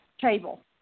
table